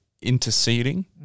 interceding